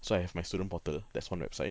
so I have my student portal that's one website